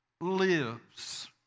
lives